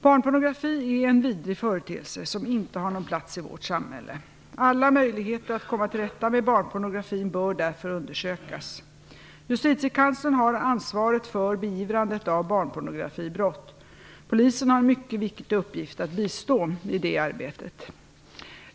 Barnpornografi är en vidrig företeelse som inte har någon plats i vårt samhälle. Alla möjligheter att komma till rätta med barnpornografin bör därför undersökas. Justitiekanslern har ansvaret för beivrandet av barnpornografibrott. Polisen har en mycket viktig uppgift att bistå i detta arbete.